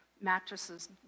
mattresses